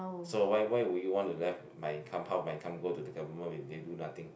so why why would you want to left my income my half my income go to the government when they do nothing